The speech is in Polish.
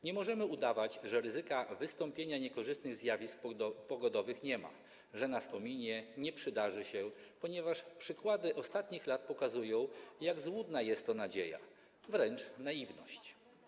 Nie możemy udawać, że ryzyka wystąpienia niekorzystnych zjawisk pogodowych nie ma, że te zjawiska nas ominą, nie przydarzą się, ponieważ przykłady z ostatnich lat pokazują, jak złudna jest to nadzieja, że jest to wręcz naiwność.